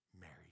Mary